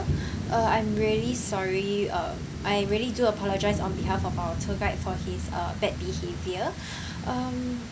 uh I'm really sorry uh I really do apologise on behalf of our tour guide for his uh bad behaviour um